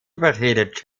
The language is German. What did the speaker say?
überredet